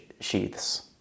sheaths